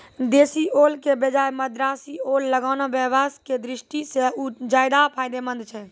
देशी ओल के बजाय मद्रासी ओल लगाना व्यवसाय के दृष्टि सॅ ज्चादा फायदेमंद छै